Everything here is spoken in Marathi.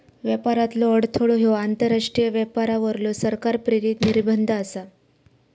व्यापारातलो अडथळो ह्यो आंतरराष्ट्रीय व्यापारावरलो सरकार प्रेरित निर्बंध आसा